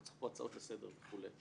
לא צריך פה הצעות לסדר וכו',